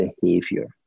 behavior